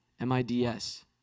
M-I-D-S